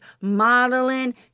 modeling